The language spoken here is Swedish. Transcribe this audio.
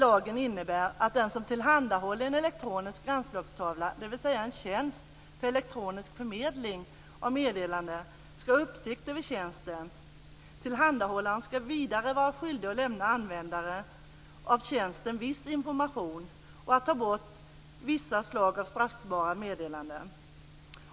Lagen innebär att den som tillhandahåller en elektronisk anslagstavla, dvs. en tjänst för elektronisk förmedling av meddelanden, skall ha uppsikt över tjänsten. Tillhandahållaren skall vidare vara skyldig att lämna användare av tjänsten viss information och att ta bort vissa slag av straffbara meddelanden.